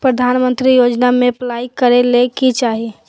प्रधानमंत्री योजना में अप्लाई करें ले की चाही?